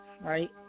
right